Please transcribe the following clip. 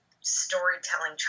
storytelling